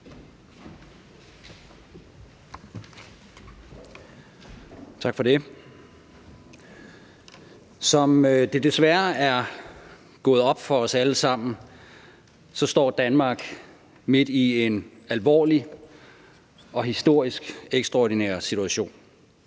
Tak for det. Som det desværre er gået op for os alle sammen, står Danmark midt i en alvorlig og historisk ekstraordinær situation.